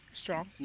strong